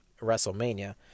WrestleMania